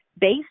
based